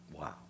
Wow